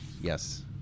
Yes